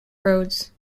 roads